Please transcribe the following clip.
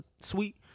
sweet